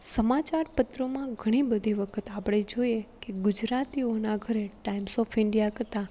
સમાચાર પત્રોમાં ઘણી બધી વખત આપણે જોઇએ કે ગુજરાતીઓનાં ઘરે ટાઈમસોફ ઈન્ડિયા કરતાં